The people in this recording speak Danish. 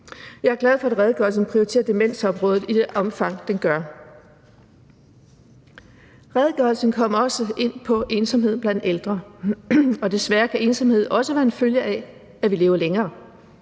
Jeg er glad for, at redegørelsen prioriterer demensområdet i det omfang, den gør. Redegørelsen kommer også ind på ensomhed blandt ældre, og desværre kan ensomhed også være en følge af, at vi lever længere: